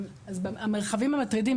אז המרחבים המטרידים,